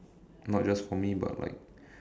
not just for me but like